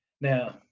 Now